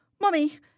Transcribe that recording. Mummy